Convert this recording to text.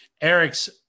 Eric's